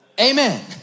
Amen